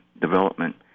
development